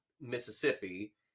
Mississippi